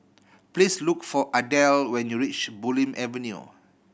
please look for Adell when you reach Bulim Avenue